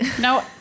no